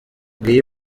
ngiyo